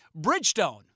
Bridgestone